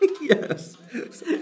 Yes